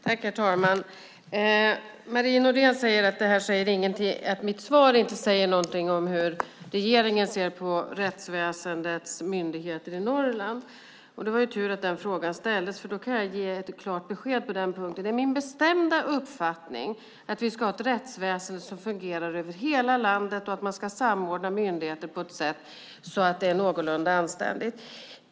Herr talman! Marie Nordén säger att jag i mitt svar inte säger någonting om hur regeringen ser på rättsväsendets myndigheter i Norrland. Det var tur att den frågan ställdes, för då kan jag ge ett klart besked på den punkten. Det är min bestämda uppfattning att vi ska ha ett rättsväsen som fungerar över hela landet och att man ska samordna myndigheter på ett sådant sätt att det är någorlunda anständigt.